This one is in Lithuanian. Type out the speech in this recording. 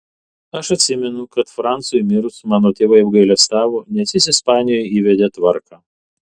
aš atsimenu kad francui mirus mano tėvai apgailestavo nes jis ispanijoje įvedė tvarką